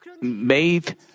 made